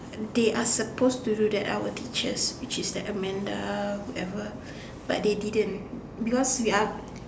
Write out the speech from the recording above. they are supposed to do that our teachers which is the Amanda whoever but they didn't because we are